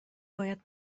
باید